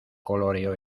coloreó